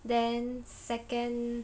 then second